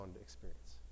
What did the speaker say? experience